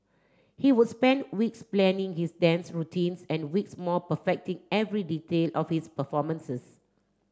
he would spend weeks planning his dance routines and weeks more perfecting every detail of his performances